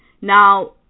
Now